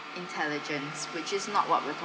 intelligence which is not what we're